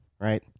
right